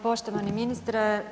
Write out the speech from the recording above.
Poštovani ministre.